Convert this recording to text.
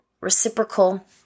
reciprocal